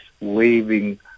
waving